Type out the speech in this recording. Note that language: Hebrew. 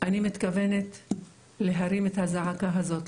אני מתכוונת להרים את הזעקה הזאת,